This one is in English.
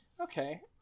Okay